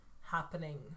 happening